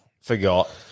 Forgot